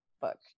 book